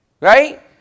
right